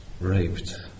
raped